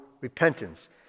repentance